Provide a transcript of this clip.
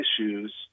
issues